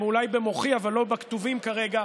הם אולי במוחי אבל לא בכתובים כרגע,